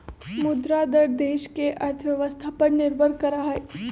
मुद्रा दर देश के अर्थव्यवस्था पर निर्भर करा हई